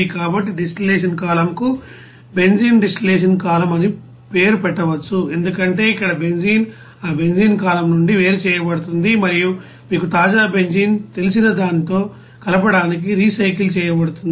కాబట్టి ఈడిస్టిల్లషన్ కాలమ్కు బెంజీన్ డిస్టిల్లషన్ కాలమ్ అని పేరు పెట్టవచ్చు ఎందుకంటే ఇక్కడ బెంజీన్ ఆ బెంజీన్ కాలమ్ నుండి వేరు చేయబడుతుంది మరియు మీకు తాజా బెంజీన్ తెలిసిన దానితో కలపడానికి రీసైకిల్ చేయబడుతుంది